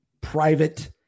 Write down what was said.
private